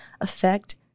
affect